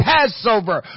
Passover